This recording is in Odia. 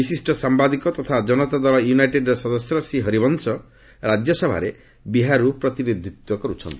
ବିଶିଷ୍ଟ ସାମ୍ଘାଦିକ ତଥା ଜନତାଦଳ ୟୁନାଇଟେଡ୍ର ସଦସ୍ୟ ଶ୍ରୀ ହରିବଂଶ ରାଜ୍ୟସଭାରେ ବିହାରରୁ ପ୍ରତିନିଧିତ୍ୱ କରୁଛନ୍ତି